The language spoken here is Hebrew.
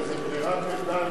אבל זו ברירת מחדל,